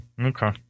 Okay